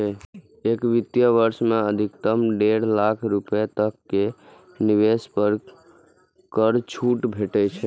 एक वित्त वर्ष मे अधिकतम डेढ़ लाख रुपैया तक के निवेश पर कर छूट भेटै छै